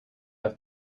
have